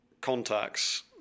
contacts